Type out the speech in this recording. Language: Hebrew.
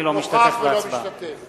אינו משתתף בהצבעה